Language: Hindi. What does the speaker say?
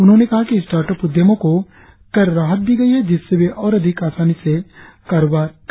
उन्होंने कहा कि स्टार्टअप उद्यमों को कर राहत दी गई है जिसमें वे और अधिक आसानी से कारोबार कर सकेंगे